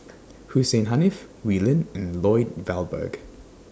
Hussein Haniff Wee Lin and Lloyd Valberg